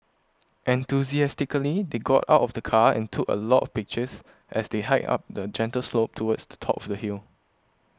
enthusiastically they got out of the car and took a lot of pictures as they hiked up the gentle slope towards the top of the hill